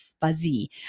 fuzzy